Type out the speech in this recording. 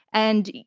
and,